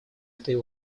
этой